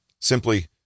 Simply